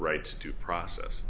rights to process